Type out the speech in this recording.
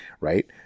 right